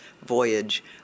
voyage